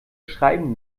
schreiben